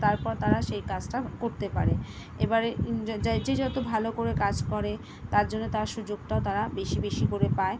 তারপর তারা সেই কাজটা করতে পারে এবারে যে যত ভালো করে কাজ করে তার জন্য তার সুযোগটাও তারা বেশি বেশি করে পায়